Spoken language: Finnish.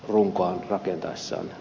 arvoisa puhemies